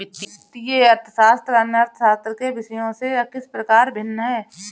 वित्तीय अर्थशास्त्र अन्य अर्थशास्त्र के विषयों से किस प्रकार भिन्न है?